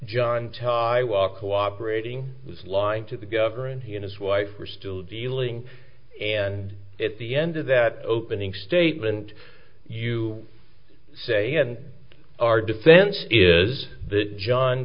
parading was lying to the governor and he and his wife were still dealing and at the end of that opening statement you say and our defense is that john